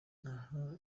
aha